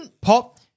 Pop